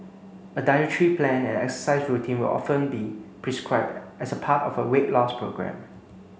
a dietary plan and exercise routine will often be prescribed as a part of a weight loss programme